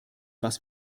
was